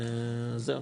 זהו,